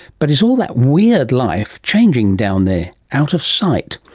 but is all that weird life changing down there, out of sight?